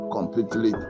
Completely